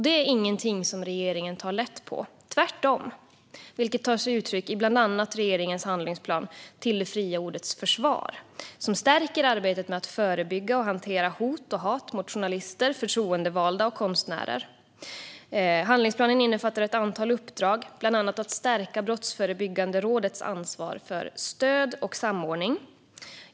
Det är ingenting som regeringen tar lätt på - tvärtom - vilket tar sig uttryck i bland annat regeringens handlingsplan Till det fria ordets försvar , som stärker arbetet med att förebygga och hantera hot och hat mot journalister, förtroendevalda och konstnärer. Handlingsplanen innefattar ett antal uppdrag, bland annat att stärka Brottsförebyggande rådets ansvar för stöd och samordning.